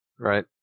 Right